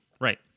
Right